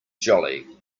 jolly